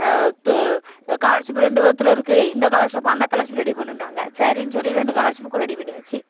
து ஸ்காலர்ஷிப்பு ரெண்டு விதத்தில் இருக்குது இந்த ஸ்காலர்ஷிப் அந்த ஸ்காலர்ஷிப் ரெடி பண்ணுன்னாங்க சரின்னு சொல்லி ரெண்டு ஸ்காலர்ஷிப்புக்கும் ரெடி பண்ணியாச்சு